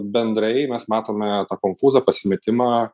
bendrai mes matome konfūzą pasimetimą